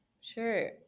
Sure